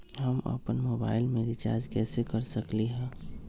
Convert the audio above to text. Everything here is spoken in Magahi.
हम अपन मोबाइल में रिचार्ज कैसे कर सकली ह?